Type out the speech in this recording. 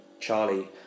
Charlie